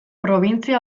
probintzia